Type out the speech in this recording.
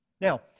Now